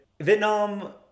Vietnam